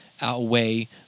outweigh